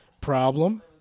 Problem